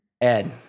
Ed